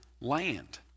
land